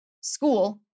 school